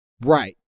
right